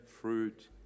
fruit